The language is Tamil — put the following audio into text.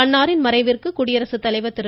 அன்னாரின் மறைவிற்கு குடியரசுத்தலைவர் திரு